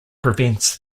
prevents